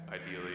ideally